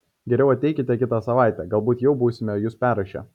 geriau ateikite kitą savaitę galbūt jau būsime jus perrašę